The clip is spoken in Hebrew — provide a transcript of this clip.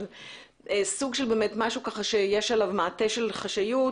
אבל סוג של משהו שיש עליו מעטה של חשאיות.